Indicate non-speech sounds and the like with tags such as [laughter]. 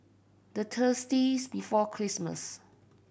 the [unintelligible] before Christmas